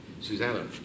Susanna